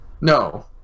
No